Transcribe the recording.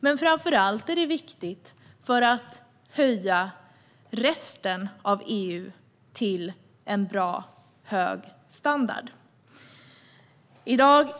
Men framför allt är det viktigt för att höja resten av EU till en bra, hög standard.